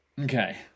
Okay